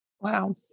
Wow